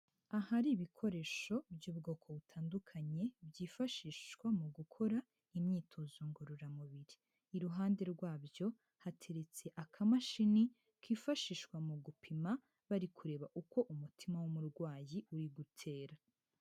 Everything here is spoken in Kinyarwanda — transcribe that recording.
Ahari ibikoresho by'ubwoko butandukanye byifashishwa mu gukora imyitozo ngororamubiri, iruhande rwabyo hateretse akamashini kifashishwa mu gupima bari kureba uko umutima w'umurwayi uri gutera.